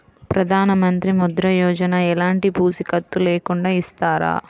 ప్రధానమంత్రి ముద్ర యోజన ఎలాంటి పూసికత్తు లేకుండా ఇస్తారా?